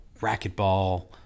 racquetball